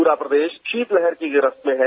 पूरा प्रदेश शीतलहर की गिरफ्त में है